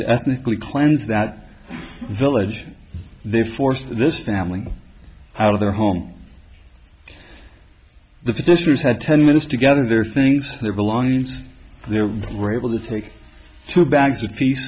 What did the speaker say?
to ethnically cleanse that village they forced this family out of their home the sisters had ten minutes together their things their belongings their were able to take two bags of peace